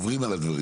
עוברים על הדברים.